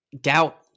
doubt